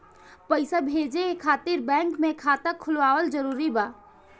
पईसा भेजे खातिर बैंक मे खाता खुलवाअल जरूरी बा?